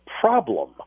problem